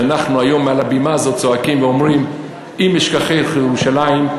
שאנחנו היום על הבימה הזאת צועקים ואומרים: אם אשכחך ירושלים,